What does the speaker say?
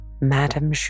Madame